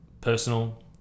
personal